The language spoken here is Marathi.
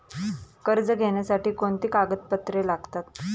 कर्ज घेण्यासाठी कोणती कागदपत्रे लागतात?